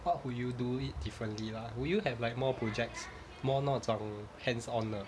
what would you do it differently lah would you have like more projects more 那种 hands on 的